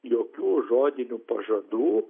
jokių žodinių pažadų